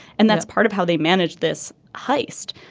and that's part of how they managed this heist.